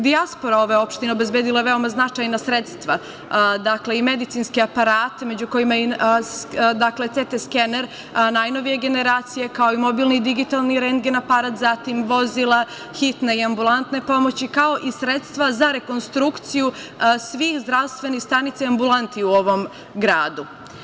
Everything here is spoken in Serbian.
Dijaspora ove opštine obezbedila je veoma značajna sredstva i medicinske aparate među kojima i CT skener, najnovije generacije, kao i mobilni i digitalni rendgen aparat, zatim vozila hitne i ambulantne pomoći, kao i sredstva za rekonstrukciju svih zdravstvenih stanica i ambulanti u ovom gradu.